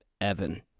Evan